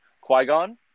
Qui-Gon